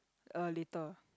uh later